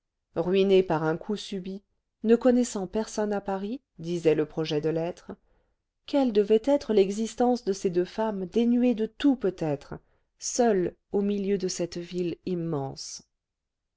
ruinées par un coup subit ne connaissant personne à paris disait le projet de lettre quelle devait être l'existence de ces deux femmes dénuées de tout peut-être seules au milieu de cette ville immense